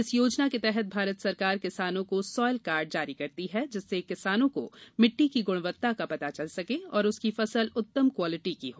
इस योजना के तहत भारत सरकार किसानों को सोइल कार्ड जारी करती है जिससे किसान को मिट्टी की गुणवत्ता का पता चल सके और उसकी फसल उत्तम क्वालिटी की हो